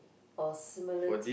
or similarity